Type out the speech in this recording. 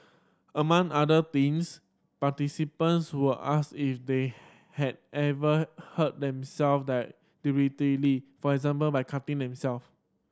among other things participants were asked if they had ever hurt themselves that for example by cutting themselves